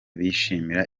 bishimira